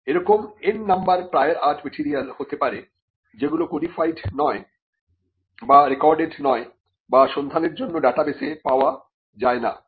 এরকম n number prior art material হতে পারে যেগুলি কোডিফাএড নয় বা রেকর্ডেড নয় বা সন্ধানের জন্য ডাটাবেসে পাওয়া যায় না ল নয়